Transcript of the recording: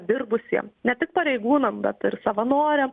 dirbusiem ne tik pareigūnam bet ir savanoriam